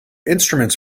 instruments